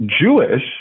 Jewish